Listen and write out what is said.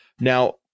Now